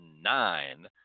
nine